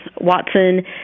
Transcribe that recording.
Watson